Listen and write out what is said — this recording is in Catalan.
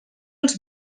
els